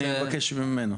אני מבקש ממנו.